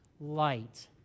Light